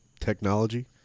technology